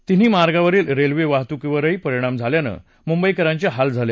तिन्ही मार्गावरील रेल्वे वाहतूकीवरही परिणाम झाल्याने मुंबईकरांचे हाल झाले